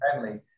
friendly